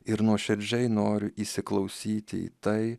ir nuoširdžiai noriu įsiklausyti į tai